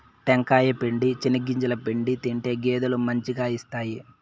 టెంకాయ పిండి, చెనిగింజల పిండి తింటే గేదెలు మంచిగా ఇస్తాయి